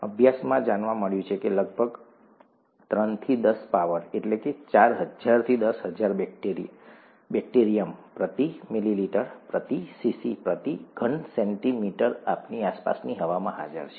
અભ્યાસમાં જાણવા મળ્યું છે કે લગભગ ત્રણથી દસ પાવર એટલે કે ચાર હજારથી દસ હજાર બેક્ટેરિયમ પ્રતિ મિલીલીટર પ્રતિ સીસી પ્રતિ ઘન સેન્ટીમીટર આપણી આસપાસની હવામાં હાજર છે